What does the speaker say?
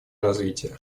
развития